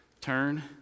Turn